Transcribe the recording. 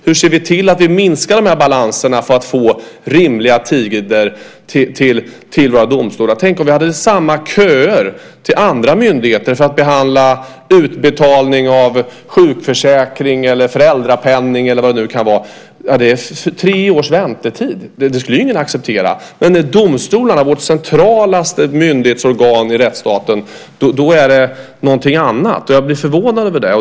Hur ser vi till att vi minskar balanserna för att få rimliga tider i våra domstolar? Tänk om vi hade samma köer till andra myndigheter, till exempel för att behandla utbetalning av sjukförsäkring eller föräldrapenning eller vad det nu kan vara. Det kan vara tre års väntetid. Det skulle ingen acceptera. Men när det gäller domstolarna, vårt centralaste myndighetsorgan i rättsstaten, är det någonting annat. Jag blir förvånad över det.